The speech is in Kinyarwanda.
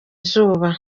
izuba